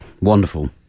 Wonderful